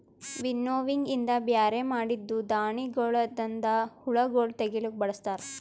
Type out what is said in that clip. winnowing ಇಂದ ಬ್ಯಾರೆ ಮಾಡಿದ್ದೂ ಧಾಣಿಗೊಳದಾಂದ ಹುಳಗೊಳ್ ತೆಗಿಲುಕ್ ಬಳಸ್ತಾರ್